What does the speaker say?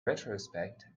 retrospect